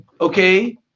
okay